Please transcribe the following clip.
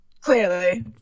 Clearly